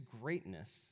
greatness